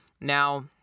Now